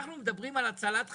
אנחנו מדברים על הצלת חיים,